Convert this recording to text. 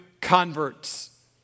converts